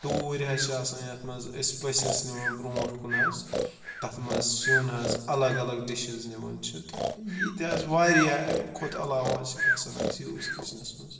ٹوٗرۍ حظ چھِ آسان یَتھ منٛز أسۍ پٔژھِس نِوان برونٛٹھ کُن حظ تَتھ منٛز سیُٚن حظ الگ الگ ڈِشِز نِوان چھِ تہٕ ییٖتۍ حظ واریاہ اَمہِ کھۄتہٕ علاوٕ حظ چھِ گژھان اَسہِ یوٗز کِچنَس منٛز